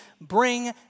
bring